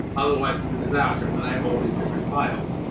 otherwise, it's a disaster. and then i have all these different files.